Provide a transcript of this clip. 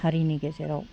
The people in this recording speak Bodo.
हारिनि गेजेराव